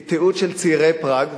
היא תיעוד של צעירי פראג,